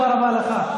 תודה רבה לך.